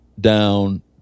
down